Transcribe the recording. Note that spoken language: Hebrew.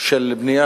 של בנייה